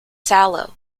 sallow